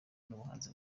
n’ubuhanzi